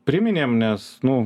priminėm nes nu